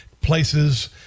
places